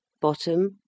Bottom